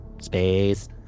Space